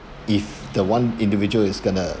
if the one individual is going to